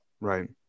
Right